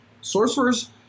Sorcerers